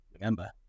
remember